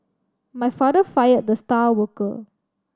my father fire the star worker